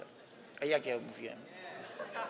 A jak ja mówiłem?